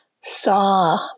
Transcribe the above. saw